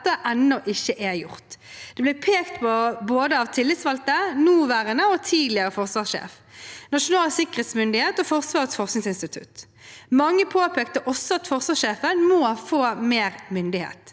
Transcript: dette ennå ikke er gjort. Det ble pekt på av både tillitsvalgte, nåværende og tidligere forsvarssjef, Nasjonal sikkerhetsmyndighet og Forsvarets forskningsinstitutt. Mange påpekte også at forsvarssjefen må få mer myndighet.